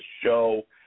show